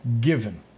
given